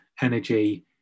energy